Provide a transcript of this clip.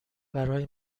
برای